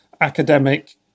academic